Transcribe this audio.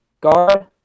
guard